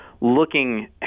Looking